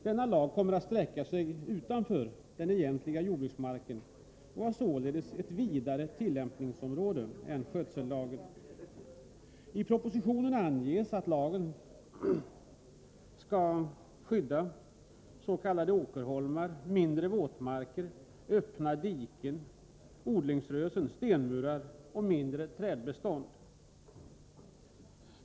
Denna lag kommer att sträcka sig utanför den egentliga jordbruksmarken och har således ett vidare tillämpningsområde än skötsellagen. I propositionen anges att lagen skall skydda s.k. åkerholmar, mindre våtmarker, öppna diken, odlingsrösen, stenmurar och mindre trädbestånd.